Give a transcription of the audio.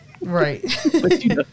right